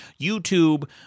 YouTube